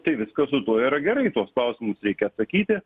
tai viskas su tuo yra gerai į tuos klausimus reikia atsakyti